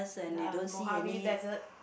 ya Mojave Desert